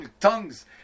tongues